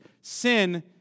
sin